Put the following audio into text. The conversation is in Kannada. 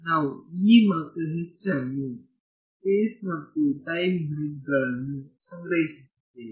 ನಾವು E ಮತ್ತು H ಅನ್ನು ಸ್ಪೇಸ್ ಮತ್ತು ಟೈಮ್ ಗ್ರಿಡ್ಗಳನ್ನು ಸಂಗ್ರಹಿಸುತ್ತಿದ್ದೇವೆ